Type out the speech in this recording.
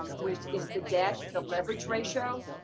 um which is the debt, the leverage ratio.